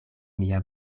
mia